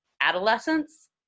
adolescence